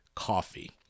coffee